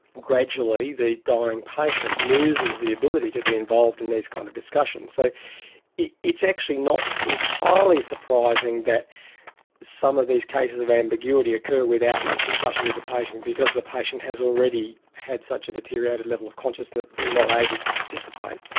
gradually the dying patient loses the ability to be involved in these kinds kind of discussions. so it's actually not entirely surprising that some of these cases of ambiguity occur without much discussion with the patient, because the patient has already had such a deteriorating level of consciousness they're not able to participate.